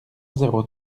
zéro